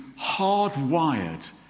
hardwired